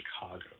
Chicago